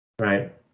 right